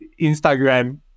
Instagram